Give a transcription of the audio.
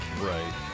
Right